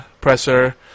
presser